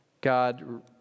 God